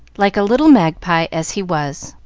like a little magpie as he was.